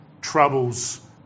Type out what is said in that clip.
troubles